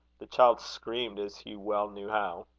the child screamed as he well knew how.